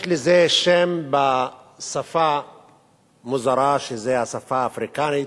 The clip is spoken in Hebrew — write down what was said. יש לזה שם בשפה מוזרה, שזה השפה האפריקנית,